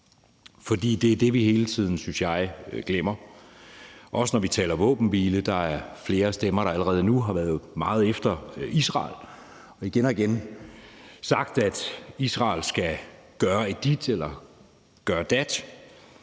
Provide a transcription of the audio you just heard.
for det er det, vi hele tiden, synes jeg, glemmer, også når vi taler våbenhvile. Der er flere stemmer, der allerede nu har været meget efter Israel og igen og igen sagt, at Israel skal gøre dit eller gøre dat.